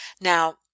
Now